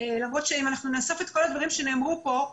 למרות שאם נאסוף את כל הדברים שנאמרו פה,